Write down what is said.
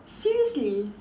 seriously